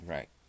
Right